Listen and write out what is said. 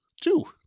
Two